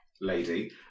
lady